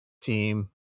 team